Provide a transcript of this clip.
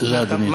תודה, אדוני.